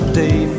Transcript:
day